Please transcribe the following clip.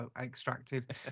extracted